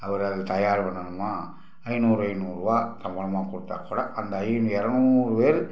அவர் அதை தயார் பண்ணணுமா ஐந்நூறு ஐந்நூறுரூவா சம்பளமாக கொடுத்தா கூட அந்த ஐ இரநூறு பேர்